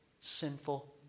sinful